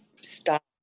stop